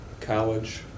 College